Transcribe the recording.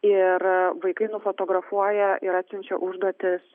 ir vaikai nufotografuoja ir atsiunčia užduotis